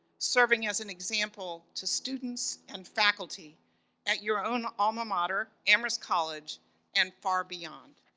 serving as an example to students and faculty at your own alma mater, amherst college and far beyond.